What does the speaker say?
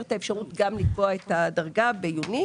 את האפשרות גם לקבוע את הדרגה ב-יוניק.